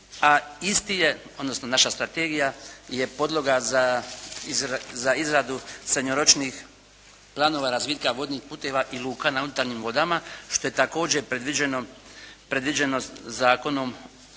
a isti je odnosno naša strategija je podloga za izradu srednjoročnih planova razvitka vodnih puteva i luka na unutarnjim vodama što je također predviđeno Zakonom